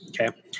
Okay